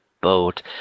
boat